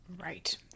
Right